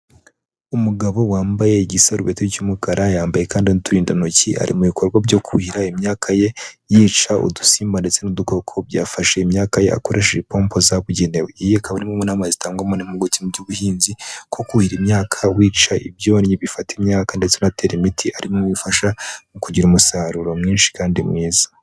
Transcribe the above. Umugabo wambaye igisarubete cy'umukara yambaye kandi n'uturindantoki ari mu bikorwa byo kuhira imyaka ye yica udusimba, ndetse n'udukoko byafashe imyaka ye akoresheje ipompo zabugenewe. Iyi ikaba ari imwe mu nama zitangwa n'impuguke mu by'ubuhinzi ko kuhira imyaka wica ibyonnyi bifata imyaka ndetse unatera imiti, ari bimwe mu bifasha mu kugira umusaruro mwinshi kandi mwiza.